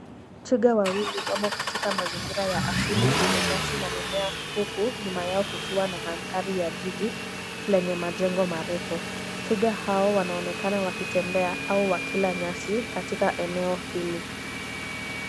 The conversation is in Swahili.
Twiga wawili wamo katika mazingira ya asili yenye nyasi na mimea huku nyuma yao kukiwa na mandhari ya jiji lenye majengo marefu. Twiga hao wanaonekana wakitembea au wakila nyasi katika eneo hili.